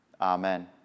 Amen